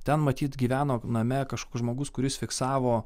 ten matyt gyveno name žmogus kuris fiksavo